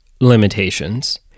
limitations